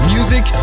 Music